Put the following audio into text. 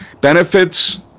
benefits